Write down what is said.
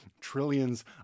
trillions